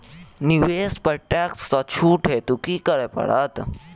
निवेश पर टैक्स सँ छुट हेतु की करै पड़त?